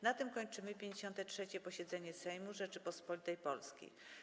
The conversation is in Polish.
Na tym kończymy 53. posiedzenie Sejmu Rzeczypospolitej Polskiej.